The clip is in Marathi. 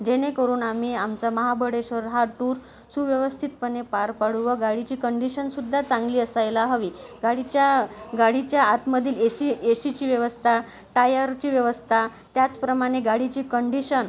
जेणेकरून आम्ही आमचं महाबळेश्वर हा टूर सुव्यवस्थितपणे पार पडू व गाडीची कंडिशनसुद्धा चांगली असायला हवी गाडीच्या गाडीच्या आतमधील ए सी एसीची व्यवस्था टायरची व्यवस्था त्याचप्रमाणे गाडीची कंडिशन